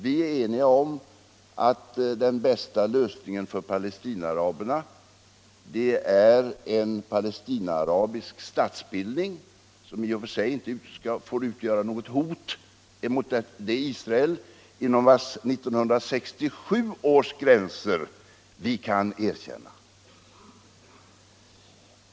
Vi är ense om att den bästa lösningen för Palestinaaraberna är en Palestinaarabisk statsbildning som i och för sig inte får utgöra något hot mot det Israel som ligger inom 1967 års gränser.